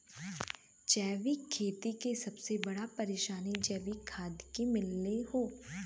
जैविक खेती के सबसे बड़ा परेशानी जैविक खाद के मिलले हौ